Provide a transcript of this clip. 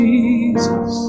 Jesus